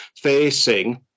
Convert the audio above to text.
facing